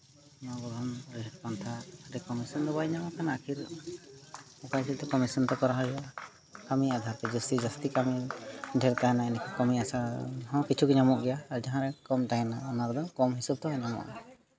ᱱᱚᱣᱟ ᱜᱚᱲᱦᱚᱱ ᱟᱹᱨᱤ ᱯᱚᱱᱛᱷᱟ ᱠᱚᱢᱤᱥᱚᱱ ᱫᱚ ᱵᱟᱭ ᱧᱟᱢᱚᱜ ᱠᱟᱱᱟ ᱟᱹᱠᱷᱤᱨ ᱠᱚᱨᱟᱣ ᱦᱩᱭᱜᱼᱟ ᱠᱟᱹᱢᱤ ᱟᱫᱷᱟᱨ ᱛᱮ ᱡᱟᱹᱥᱛᱤ ᱠᱟᱹᱢᱤ ᱰᱷᱮᱹᱨ ᱛᱟᱦᱮᱱᱟ ᱮᱸᱰᱮᱠᱷᱟᱱ ᱠᱟᱹᱢᱤ ᱟᱥᱟ ᱦᱚᱸ ᱠᱤᱪᱷᱩ ᱧᱟᱢᱚᱜ ᱜᱮᱭᱟ ᱟᱨ ᱡᱟᱦᱟᱸ ᱠᱚᱢ ᱛᱟᱦᱮᱱᱟ ᱚᱱᱟ ᱨᱮᱫᱚ ᱠᱚᱢ ᱦᱤᱥᱟᱹᱵ ᱛᱮᱦᱚᱸ ᱧᱟᱢᱚᱜᱼᱟ